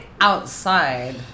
outside